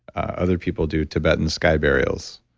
other people do tibetan sky burials.